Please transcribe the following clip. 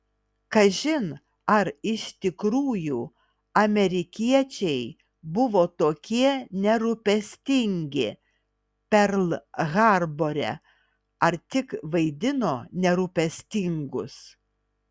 kažin ar iš tikrųjų amerikiečiai buvo tokie nerūpestingi perl harbore ar tik vaidino nerūpestingus